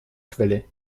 quelle